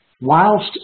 whilst